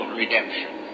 redemption